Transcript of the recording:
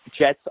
Jets